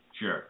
sure